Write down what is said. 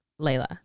Layla